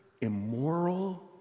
immoral